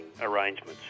arrangements